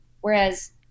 Whereas